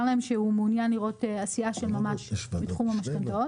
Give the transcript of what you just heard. להם שהוא מעוניין לראות עשייה של ממש בתחום המשכנתאות.